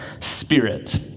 spirit